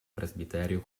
presbiterio